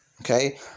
Okay